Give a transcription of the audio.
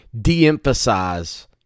de-emphasize